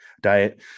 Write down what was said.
diet